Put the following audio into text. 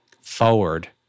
forward